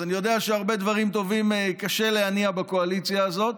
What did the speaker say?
אז אני יודע שהרבה דברים טובים קשה להניע בקואליציה הזאת,